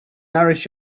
nourish